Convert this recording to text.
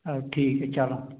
हाँ ठीक है चलो